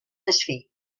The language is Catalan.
desfer